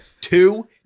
Two